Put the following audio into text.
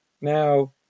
Now